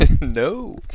No